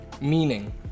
Meaning